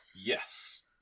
Yes